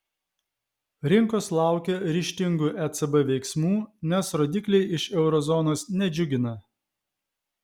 rinkos laukia ryžtingų ecb veiksmų nes rodikliai iš euro zonos nedžiugina